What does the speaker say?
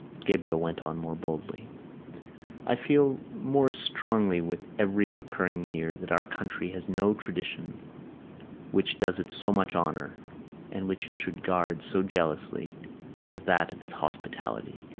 gabriel went on more boldly i feel more strongly with every recurring year that our country has no tradition which does it so much honour and which it should guard so jealously as that of its hospitality.